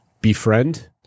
befriend